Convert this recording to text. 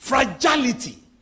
Fragility